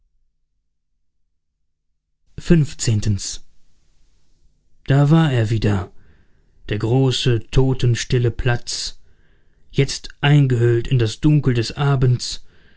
da war er wieder der große totenstille platz jetzt eingehüllt in das dunkel des abends